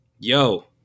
Yo